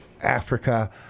Africa